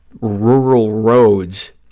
rural roads